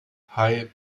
hei